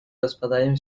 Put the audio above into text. rozpadają